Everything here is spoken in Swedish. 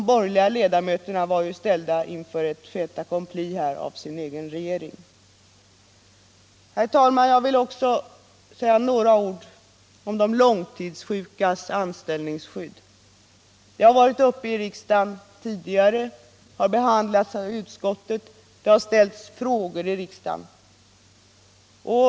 De borgerliga ledamöterna blev här ställda inför ett fait accompli av sin egen regering! Herr talman! Jag vill också säga några ord om de långtidssjukas anställningsskydd. Ärendet har tidigare varit uppe i riksdagen, det har behandlats av utskottet och frågor har ställts i riksdagen.